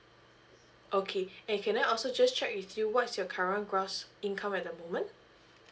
okay and can I also just check with you what is your current gross income at the moment